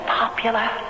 popular